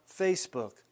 Facebook